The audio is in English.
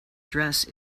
dress